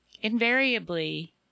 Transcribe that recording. Invariably